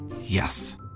Yes